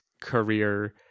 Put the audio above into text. career